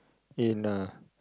in a